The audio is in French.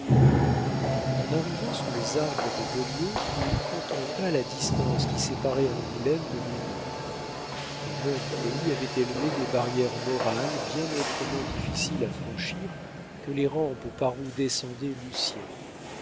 en arrivant sous les arbres de beaulieu il contempla la distance qui séparait angoulême de l'houmeau les mœurs du pays avaient élevé des barrières morales bien autrement difficiles à franchir que les rampes par où descendait lucien